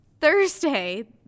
Thursday